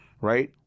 right